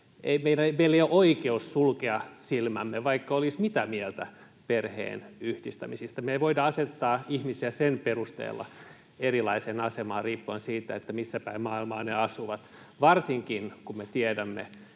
meillä ei ole oikeutta sulkea silmiämme, vaikka olisi mitä mieltä perheenyhdistämisistä. Me ei voida asettaa ihmisiä erilaiseen asemaan sen perusteella, missäpäin maailmaa he asuvat, varsinkin kun me tiedämme,